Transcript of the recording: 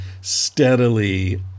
steadily